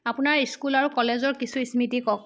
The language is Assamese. আপোনাৰ স্কুল আৰু কলেজৰ কিছু স্মৃতি কওক